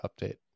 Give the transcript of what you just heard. update